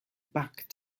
back